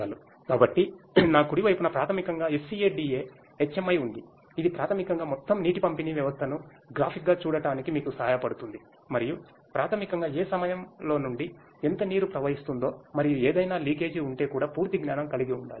కాబట్టి నా కుడి వైపున ప్రాథమికంగా SCADA HMI ఉంది ఇది ప్రాథమికంగా మొత్తం నీటి పంపిణీ వ్యవస్థను గ్రాఫిక్గా చూడటానికి మీకు సహాయపడుతుంది మరియు ప్రాథమికంగా ఏ సమయంలో నుండి ఎంత నీరు ప్రవహిస్తుందో మరియు ఏదైనా లీకేజీ ఉంటే కూడా పూర్తి జ్ఞానం కలిగి ఉండాలి